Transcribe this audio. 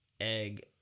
egg